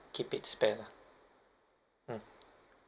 keep it spare lah mm